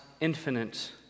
infinite